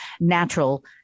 natural